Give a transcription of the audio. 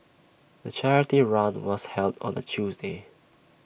the charity run was held on A Tuesday